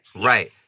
Right